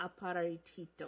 Aparitito